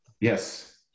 Yes